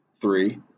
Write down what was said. three